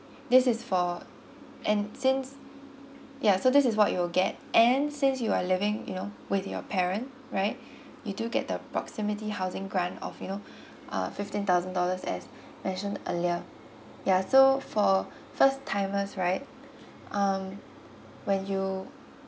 this is for and since ya so this is what you'll get and since you are living you know with your parent right you do get proximity housing grant of you know uh fifteen thousand dollars as mentioned earlier ya so for first timers right um when you